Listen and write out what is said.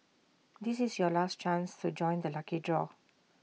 this is your last chance to join the lucky draw